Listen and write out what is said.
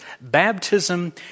Baptism